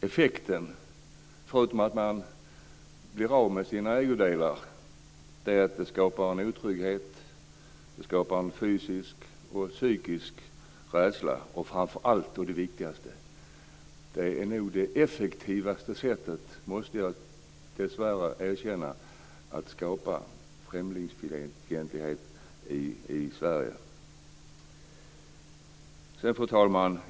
Effekten, förutom att offret blir av med sina ägodelar, är att det skapas en otrygghet, en fysisk och psykisk rädsla. Framför allt och viktigast: Det är nog det effektivaste sättet - det måste jag dessvärre erkänna - att skapa främlingsfientlighet i Sverige. Fru talman!